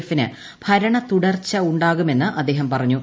എഫിന് ഭരണത്തുടർച്ച ഉണ്ടാകുമെന്ന് അദ്ദേഹം പറഞ്ഞു